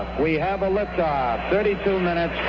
we have a left ah a thirty two minute.